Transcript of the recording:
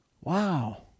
Wow